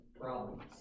problems